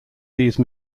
these